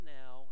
now